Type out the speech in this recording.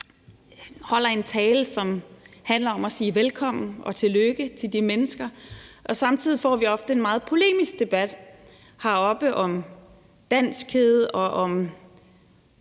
holder en tale, som handler om at sige velkommen og tillykke til de mennesker, og samtidig får vi ofte en meget polemisk debat heroppe om danskhed og om